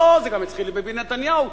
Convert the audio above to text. לא, זה גם התחיל בביבי נתניהו.